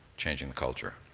changing the culture,